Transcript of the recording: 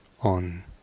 on